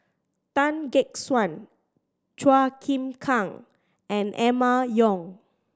Tan Gek Suan Chua Kim Kang and Emma Yong